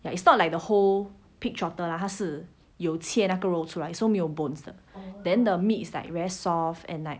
ya it's not like the whole pig trotter lah 他是有切那个肉出来 so 没有 bones 的 then the meat is like very soft and like